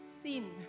sin